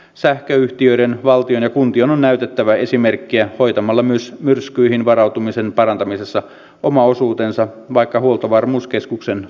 sähköyhtiöiden valtion ja kuntien on näytettävä esimerkkiä hoitamalla myös myrskyihin varautumisen parantamisessa oma osuutensa vaikka huoltovarmuuskeskuksen avulla